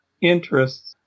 interests